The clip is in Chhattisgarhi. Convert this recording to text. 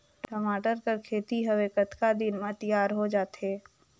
टमाटर कर खेती हवे कतका दिन म तियार हो जाथे?